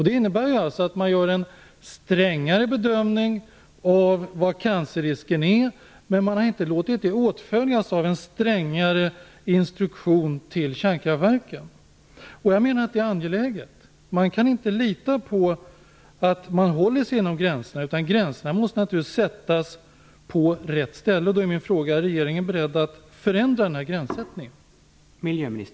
Det innebär att man gör en strängare bedömning av vad cancerrisken är, men man har inte låtit det åtföljas av strängare instruktion till kärnkraftverken. Det är angeläget. Vi kan inte lita på att man håller sig inom gränserna. Gränserna måste naturligtvis sättas rätt.